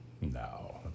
no